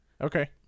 Okay